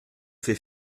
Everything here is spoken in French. fait